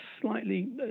slightly